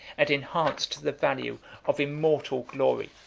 and enhanced the value of immortal glory.